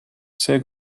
see